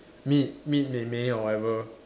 meet meet mei mei or whatever